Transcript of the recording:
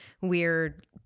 weird